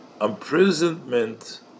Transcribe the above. imprisonment